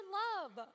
love